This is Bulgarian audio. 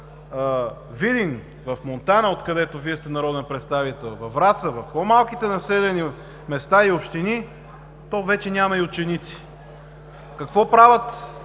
Видин и Монтана, откъдето Вие сте народен представител, във Враца, в по-малките населени места и общини вече няма и ученици. Какво правят